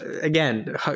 again